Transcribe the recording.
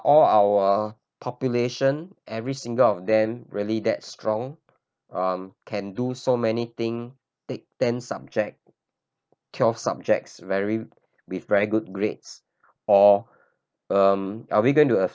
all our population every single of them really that strong um can do so many thing take ten subject twelve subjects very with very good grades or um are we going to a